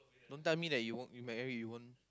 don't tell me you won't you marry you won't